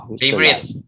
favorite